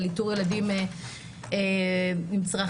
על איתור ילדים עם צרכים.